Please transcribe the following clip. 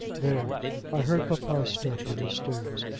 there i heard papa's step on the stairs.